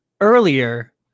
Earlier